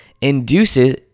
induces